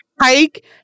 hike